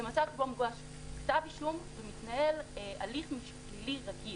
זה מצב שבו מוגש כתב אישום ומתנהל הליך פלילי רגיל.